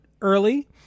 early